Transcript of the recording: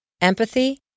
empathy